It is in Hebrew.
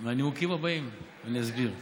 מהנימוקים הבאים, אני אסביר.